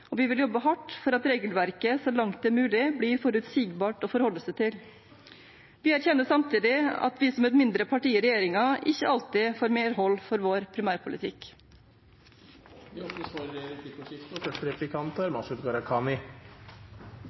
og vi vil jobbe hardt for at regelverket så langt det er mulig, blir forutsigbart å forholde seg til. Vi erkjenner samtidig at vi som et mindre parti i regjeringen ikke alltid får medhold for vår primærpolitikk. Det blir replikkordskifte. Jeg synes det er